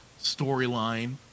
storyline